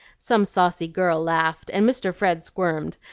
some saucy girl laughed, and mr. fred squirmed,